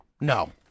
No